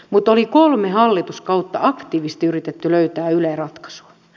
mutta oli kolme hallituskautta aktiivisesti yritetty löytää yle ratkaisua